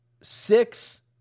six